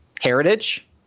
Heritage